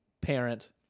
parent